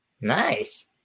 Nice